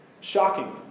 Shocking